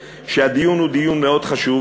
שהדיון הוא דיון מאוד חשוב,